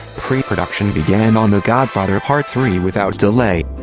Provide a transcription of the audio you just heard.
pre-production began on the godfather part three without delay.